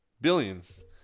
billions